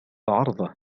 عرضه